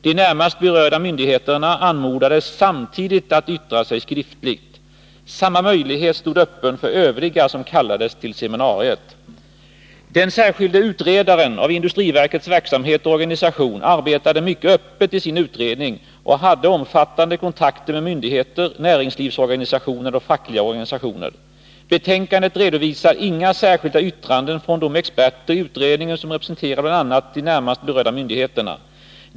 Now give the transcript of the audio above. De närmast berörda myndigheterna anmodades samtidigt att yttra sig skriftligt. Samma möjlighet stod öppen för övriga som kallades till seminariet. Den särskilde utredaren av industriverkets verksamhet och organisation arbetade mycket öppet i sin utredning och hade omfattande kontakter med myndigheter, näringslivsorganisationer och fackliga organisationer. Betänkandet redovisar inga särskilda yttranden från de experter i utredningen som representerar bl.a. de närmast berörda myndigheterna.